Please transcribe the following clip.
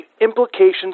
implications